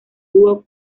dúo